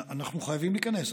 אנחנו חייבים להיכנס.